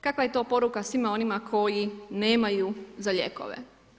Kakva je to poruka svima onima koji nemaju za lijekove?